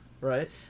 Right